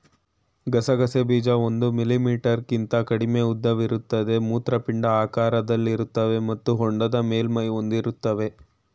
ಗಸಗಸೆ ಬೀಜ ಒಂದು ಮಿಲಿಮೀಟರ್ಗಿಂತ ಕಡಿಮೆ ಉದ್ದವಿರುತ್ತವೆ ಮೂತ್ರಪಿಂಡ ಆಕಾರದಲ್ಲಿರ್ತವೆ ಮತ್ತು ಹೊಂಡದ ಮೇಲ್ಮೈ ಹೊಂದಿರ್ತವೆ